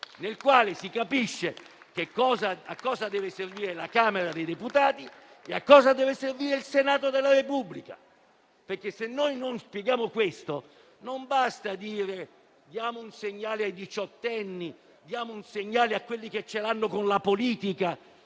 nel quale sia comprensibile a cosa deve servire la Camera dei deputati e a cosa deve servire il Senato della Repubblica. Altrimenti, se noi non spieghiamo questo, non basta dire: diamo un segnale ai diciottenni, a quelli che ce l'hanno con la politica,